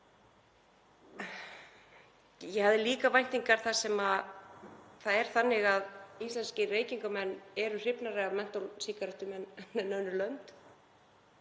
Ég hafði líka væntingar þar sem það er þannig að íslenskir reykingamenn eru hrifnari af mentólsígarettum en reykingamenn